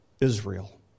Israel